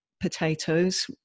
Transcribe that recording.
potatoes